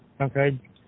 okay